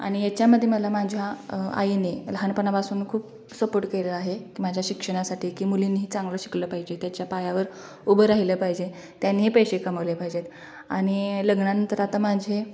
आणि याच्यामधे मला माझ्या आईने लहानपणापासून खूप सपोर्ट केला आहे माझ्या शिक्षणासाठी की मुलींनी चांगलं शिकलं पाहिजे त्याच्या पायावर उभं राहिलं पाहिजे त्यांनीही पैसे कमावले पाहिजेत आणि लग्नानंतर आता माझे